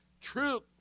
truth